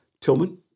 Tillman